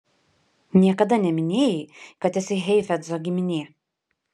niekada neminėjai kad esi heifetzo giminė